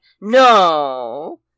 No